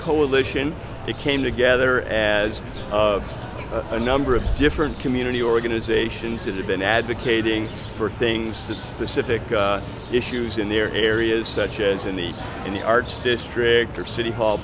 coalition it came together as a number of different community organizations that have been advocating for things to specific issues in the areas such as in the in the arts district or city hall